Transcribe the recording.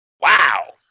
Wow